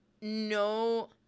no